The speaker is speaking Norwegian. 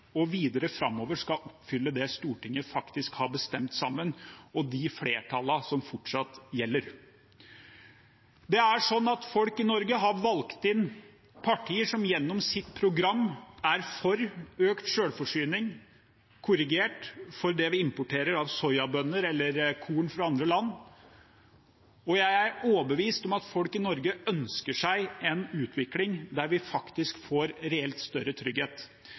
og videre framover, skal oppfylle det Stortinget faktisk har bestemt sammen, med de flertallene som fortsatt gjelder. Det er sånn at folk i Norge har valgt inn partier som gjennom sitt program er for økt selvforsyning, korrigert for det vi importerer av soyabønner eller korn fra andre land, og jeg er overbevist om at folk i Norge ønsker seg en utvikling der vi faktisk får reelt større trygghet.